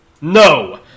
No